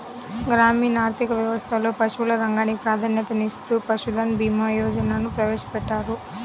గ్రామీణ ఆర్థిక వ్యవస్థలో పశువుల రంగానికి ప్రాధాన్యతనిస్తూ పశుధన్ భీమా యోజనను ప్రవేశపెట్టారు